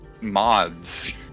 mods